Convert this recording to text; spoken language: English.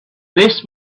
this